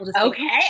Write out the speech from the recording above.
okay